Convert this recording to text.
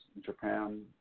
Japan